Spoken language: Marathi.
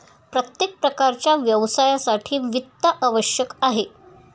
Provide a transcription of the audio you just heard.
प्रत्येक प्रकारच्या व्यवसायासाठी वित्त आवश्यक आहे